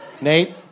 Nate